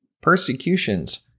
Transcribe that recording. Persecutions